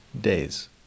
days